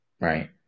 right